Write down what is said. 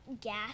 gas